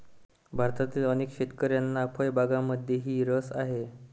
भारतातील अनेक शेतकऱ्यांना फळबागांमध्येही रस आहे